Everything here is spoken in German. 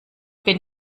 bin